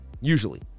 Usually